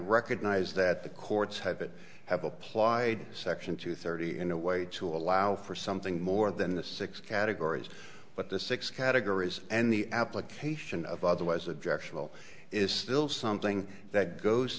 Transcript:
recognize that the courts have it have applied section two thirty in a way to allow for something more than the six categories but the six categories and the application of otherwise objectional is still something that goes